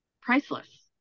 priceless